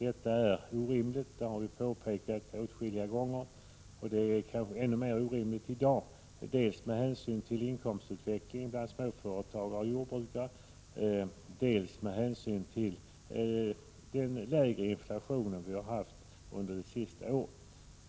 Vi har åtskilliga gånger påpekat att detta är orimligt. Det gäller ännu mer i dag dels med hänsyn till inkomstutvecklingen bland småföretagare och jordbrukare, dels med hänsyn till den lägre inflationen under de senaste åren.